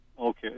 Okay